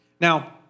Now